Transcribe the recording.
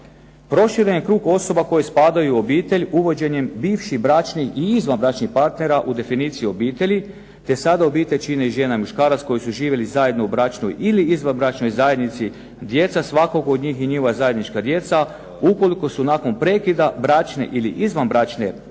Prošireni krug osoba koje spadaju u obitelj uvođenjem bivših bračnih i izvanbračnih partnera u definiciju obitelji te sada obitelj čine žena i muškaraca koji su živjeli zajedno u bračnoj ili izvanbračnoj zajednici, djeca svakog od njih i njihova zajednička djeca ukoliko su nakon prekida bračne ili izvanbračne zajednice